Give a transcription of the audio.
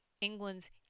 England's